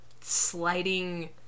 sliding